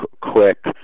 quick